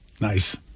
Nice